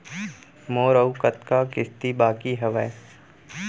मोर अऊ कतका किसती बाकी हवय?